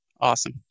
Awesome